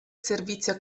servizio